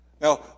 Now